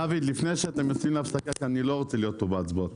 דוד, אני לא רוצה להיות פה בהצבעות.